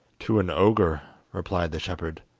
to an ogre replied the shepherd.